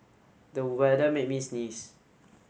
the weather made me sneeze